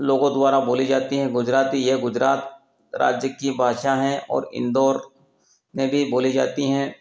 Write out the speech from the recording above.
लोगों द्वारा बोली जाती हैं गुजराती यह गुजरात राज्य की भाषा हैं और इंदौर में भी बोली जाती हैं